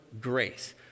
grace